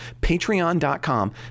patreon.com